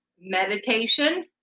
meditation